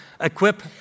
equip